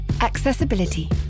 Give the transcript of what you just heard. Accessibility